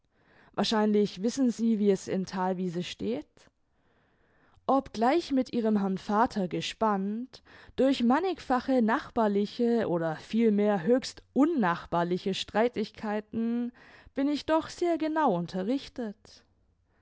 wahrscheinlich wissen sie wie es in thalwiese steht obgleich mit ihrem herrn vater gespannt durch mannigfache nachbarliche oder vielmehr höchst unnachbarliche streitigkeiten bin ich doch sehr genau unterrichtet